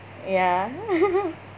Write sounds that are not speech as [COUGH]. ya [LAUGHS]